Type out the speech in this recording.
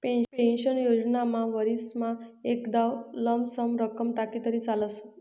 pension योजनामा वरीसमा एकदाव लमसम रक्कम टाकी तरी चालस